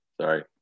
Sorry